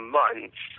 months